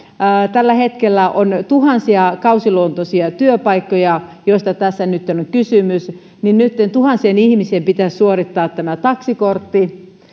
tällä hetkellä on tuhansia kausiluontoisia työpaikkoja joista tässä nytten on kysymys ja nytten tuhansien ihmisten pitäisi suorittaa tämä taksikortti